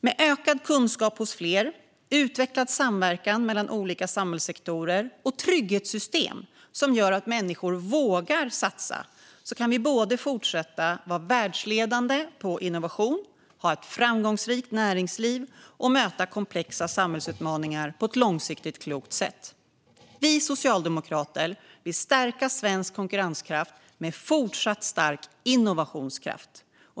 Med ökad kunskap hos fler, utvecklad samverkan mellan olika samhällssektorer och trygghetssystem som gör att människor vågar satsa kan vi fortsätta vara världsledande på innovation, ha ett framgångsrikt näringsliv och möta komplexa samhällsutmaningar på ett långsiktigt klokt sätt. Vi socialdemokrater vill stärka svensk konkurrenskraft med fortsatt stark innovationskraft.